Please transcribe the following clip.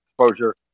exposure